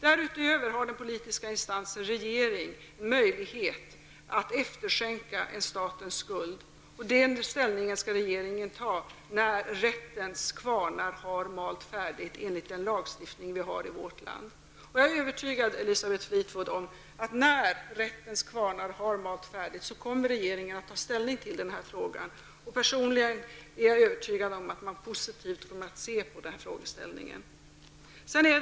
Därutöver har den politiska instansen regering möjlighet att efterskänka statens skuld. Regeringen skall ta ställning till detta när rättens kvarnar har malt färdigt enligt den lagstiftning som vi har i vårt land. Jag är övertygad, Elisabeth Fleetwood, om att när rättens kvarnar har malt färdigt kommer regeringen att ta ställning till denna fråga. Personligen är jag övertygad om att man kommer att se positivt på frågan.